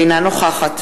אינה נוכחת